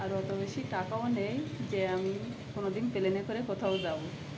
আর অত বেশি টাকাও নেই যে আমি কোনো দিন প্লেনে করে কোথাও যাবো